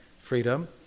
Freedom